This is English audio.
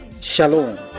Shalom